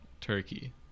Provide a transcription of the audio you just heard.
Turkey